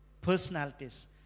personalities